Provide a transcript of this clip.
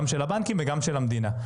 גם של הבנקים וגם של המדינה.